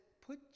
put